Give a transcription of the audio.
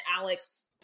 Alex